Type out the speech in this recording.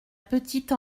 petite